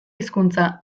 hizkuntza